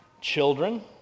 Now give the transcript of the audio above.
children